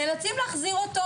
נאלצים להחזיר אותו,